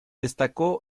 destacó